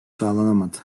sağlanamadı